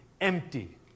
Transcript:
empty